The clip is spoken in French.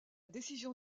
décision